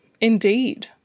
Indeed